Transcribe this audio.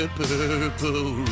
purple